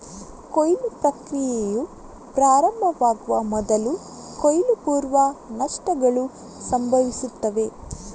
ಕೊಯ್ಲು ಪ್ರಕ್ರಿಯೆಯು ಪ್ರಾರಂಭವಾಗುವ ಮೊದಲು ಕೊಯ್ಲು ಪೂರ್ವ ನಷ್ಟಗಳು ಸಂಭವಿಸುತ್ತವೆ